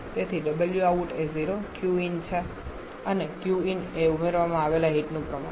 તેથી wout એ 0 qin છે અને q in એ ઉમેરવામાં આવેલ હીટનું પ્રમાણ છે